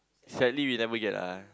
sadly we never get ah